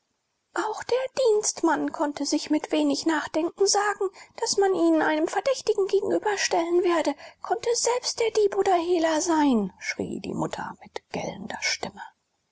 auch der dienstmann konnte sich mit wenig nachdenken sagen daß man ihn einem verdächtigen gegenüberstellen werde konnte selbst der dieb oder hehler sein schrie die mutter mit gellender stimme